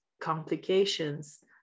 complications